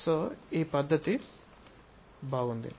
కాబట్టి ఈ పద్ధతి బాగుంది